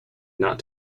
not